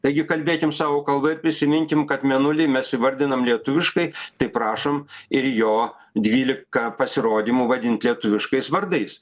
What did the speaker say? taigi kalbėkim savo kalba ir prisiminkim kad mėnulį mes įvardinam lietuviškai tai prašom ir jo dvylika pasirodymų vadint lietuviškais vardais